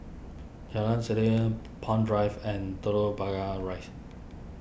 Jalan Palm Drive and Telok Rise